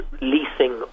leasing